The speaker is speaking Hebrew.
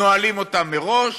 נועלים אותם מראש